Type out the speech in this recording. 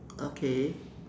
okay